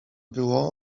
było